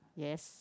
yes